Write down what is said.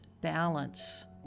balance